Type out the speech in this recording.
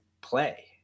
play